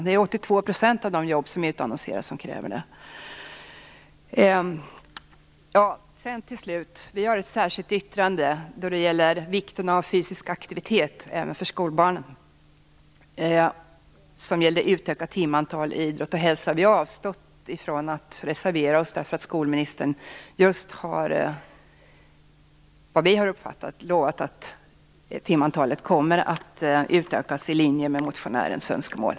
För 82 % av de jobb som utannonseras krävs det sådan kompetens. Slutligen: Vi har ett särskilt yttrande om vikten av fysisk aktivitet även för skolbarn. Det gäller ett utökat timantal i fråga om idrott och hälsa. Vi har emellertid avstått från att reservera oss. Skolministern har ju nyligen, som vi uppfattat det hela, lovat att timantalet ska utökas i linje med motionärens önskemål.